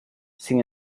sin